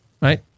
right